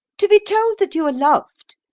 to be told that you are loved,